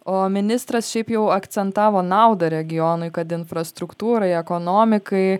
o ministras šiaip jau akcentavo naudą regionui kad infrastruktūrai ekonomikai